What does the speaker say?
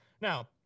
Now